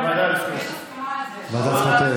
הוועדה לזכויות